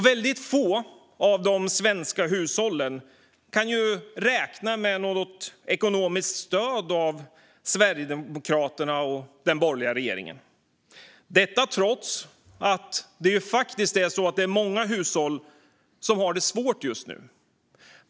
Väldigt få av de svenska hushållen kan räkna med något ekonomiskt stöd av Sverigedemokraterna och den borgerliga regeringen, trots att det faktiskt är så att många hushåll har det svårt just nu.